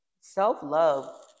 self-love